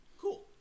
Cool